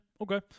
okay